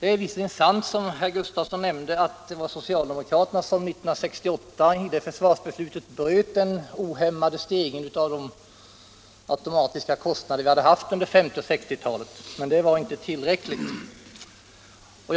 Det är visserligen sant som herr Gustavsson nämnde att socialdemokraterna med försvarsbeslutet 1968 bröt den ohämmade stegringen av de automatiska försvarskostnader som vi hade haft under 1950 och 1960 talen, men det var inte tillräckligt.